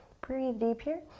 breathe deep here.